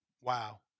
wow